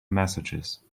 messages